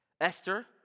Esther